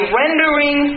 rendering